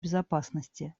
безопасности